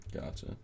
Gotcha